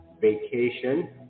vacation